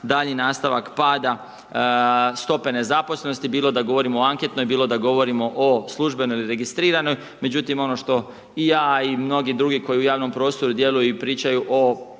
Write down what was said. daljnji nastavak pada, stope nezaposlenosti, bilo da govorimo o anketnom, bilo da govorimo o službenoj ili registriranoj. Međutim, ono što i ja i mnogi drugi koji u javnom prostoru djeluju i pričaju o